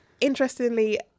interestingly